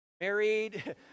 married